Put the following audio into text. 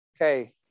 Okay